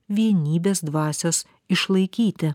vienybės dvasios išlaikyti